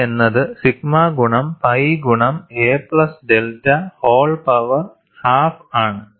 KI എന്നത് sigma ഗുണം pi ഗുണം a plus delta whole power half ആണ്